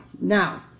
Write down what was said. Now